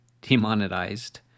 demonetized